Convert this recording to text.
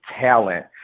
talent